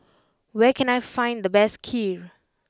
where can I find the best Kheer